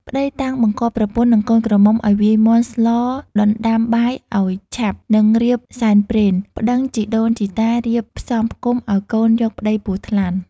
ប្ដីតាំងបង្គាប់ប្រពន្ធ និងកូនក្រមុំឱ្យវាយមាន់ស្លដណ្ដាំបាយឱ្យឆាប់ និងរៀបសែនព្រេន ប្ដឹងជីដូនជីតារៀបផ្សំផ្គុំឱ្យកូនយកប្ដីពស់ថ្លាន់ ។